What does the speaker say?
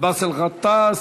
באסל גטאס.